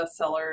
bestseller